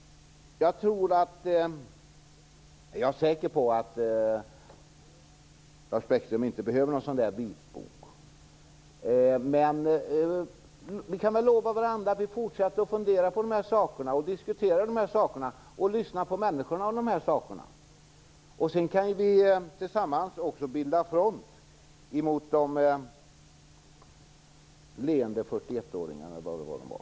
Jag är säker på att Lars Bäckström inte behöver någon sådan där vitbok. Men vi kan väl lova varandra att fortsätta fundera på de här sakerna, diskutera dem och lyssna på vad människor tycker om dem. Sedan kan vi tillsammans bilda front mot de leende 41 åringarna, eller vad de nu var.